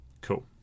Cool